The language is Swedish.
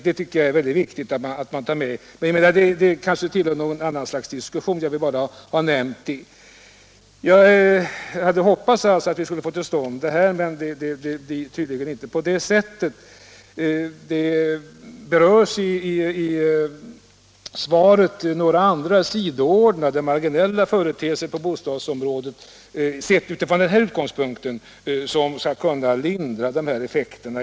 Det är viktigt att komma ihåg, men det kanske bör tas upp i någon annan diskussion; jag vill bara ha nämnt det. Jag hade hoppats att vi skulle få till stånd en utredning, men det blir tydligen inte så. I svaret berörs några marginella, sidoordnade företeelser på bostadsområdet, sett från den här utgångspunkten, som skulle kunna lindra de här effekterna.